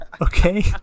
okay